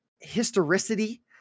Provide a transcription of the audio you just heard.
Historicity